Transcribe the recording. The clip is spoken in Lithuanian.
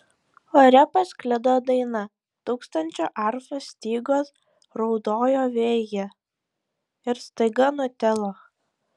ore pasklido daina tūkstančio arfų stygos raudojo vėjyje ir staiga nutilo